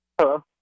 Hello